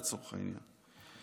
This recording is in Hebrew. לצורך העניין,